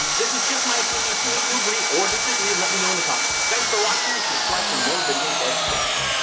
this is just my opinion, so if you agree or disagree, let me know in the comments. thanks for watching and subscribe for more videos like this!